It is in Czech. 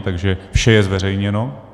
Takže vše je zveřejněno.